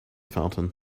fountain